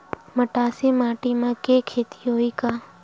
मटासी माटी म के खेती होही का?